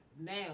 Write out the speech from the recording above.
Now